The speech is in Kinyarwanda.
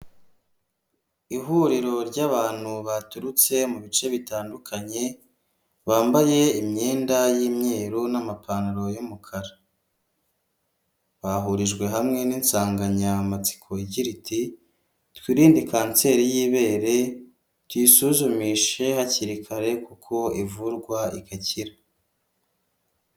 Ihuriro ry'abantu baturutse mu bice bitandukanye bambaye imyenda y'imyeru n'amapantaro y'umukara bahurijwe hamwe n'insanganyamatsiko iti:" twirinde kanseri y'ibere tuyisuzumishe hakiri kare kuko ivurwa igakira."